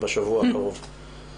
בשבוע הקרוב.